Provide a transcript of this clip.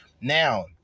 Now